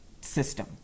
system